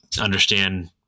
understand